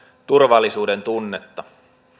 turvallisuudentunnetta